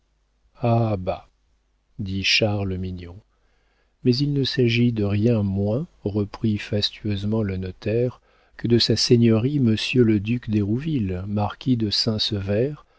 bah dit charles mignon mais il ne s'agit de rien moins reprit fastueusement le notaire que de sa seigneurie monsieur le duc d'hérouville marquis de saint-sever